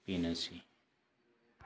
बेनोसै